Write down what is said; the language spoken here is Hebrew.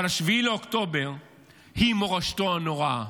אבל 7 באוקטובר הוא מורשתו הנוראה.